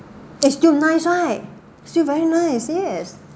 it's still nice right still very nice yes